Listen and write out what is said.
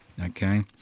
okay